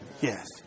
Yes